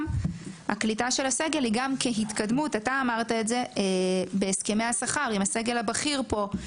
קליטת הסגל היא גם כהתקדמות בהסכמי השכר עם הסגל הבכיר פה,